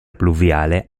pluviale